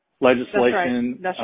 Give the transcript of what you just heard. legislation